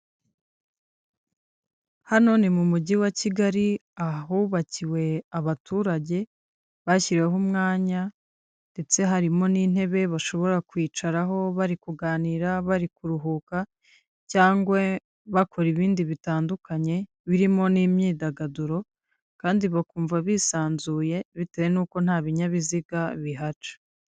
Hano ni mu mujyi wa Kigali ahubakiwe abaturage bashyiriweho umwanya, ndetse harimo n'intebe bashobora kwicaraho bari kuganira bari kuruhuka, cyangwa bakora ibindi bitandukanye birimo n'imyidagaduro, kandi bakumva bisanzuye bitewe n'uko nta binyabiziga bihaca.